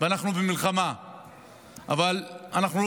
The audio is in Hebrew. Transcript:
ואנחנו במלחמה.